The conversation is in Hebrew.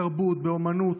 בתרבות ובאומנות.